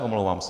Omlouvám se.